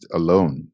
alone